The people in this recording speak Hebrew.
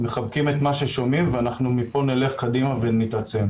אנחנו מחבקים את מה ששומעים ומפה נלך קדימה ונתעצם.